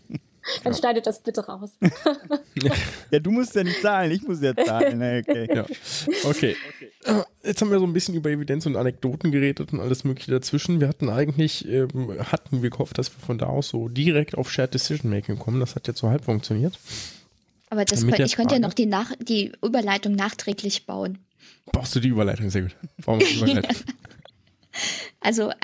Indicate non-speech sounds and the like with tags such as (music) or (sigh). Dann Ja. schneidet das bitte raus. (laughs) (laughs) Ja, du musst ja nicht zahlen, ich muss ja zahlen. Okay. (laughs) Ja. Okay. Okay. (tsk) Jetzt haben wir so ein bisschen über Evidenz und Anekdoten geredet und alles Mögliche dazwischen. Wir hatten eigentlich, ähm, hatten wir gehofft, dass wir von da aus so direkt auf Shared Decision Making kommen. Das hat jetzt so halb funktioniert. Aber das- Mit der ich könnte ja Frage. noch die Nach- die Überleitung nachträglich bauen. Brauchst du die Überleitung? Sehr gut. Brauchen wir die Überleitung. (laughs) Also,